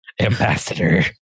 ambassador